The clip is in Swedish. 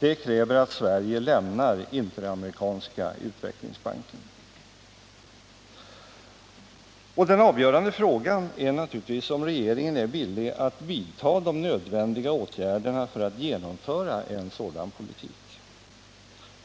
och att Sverige lämnar Interamerikanska utvecklingsbanken. Den avgörande frågan är naturligtvis om regeringen är villig att vidta de nödvändiga åtgärderna för att genomföra en sådan politik.